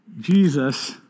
Jesus